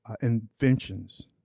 inventions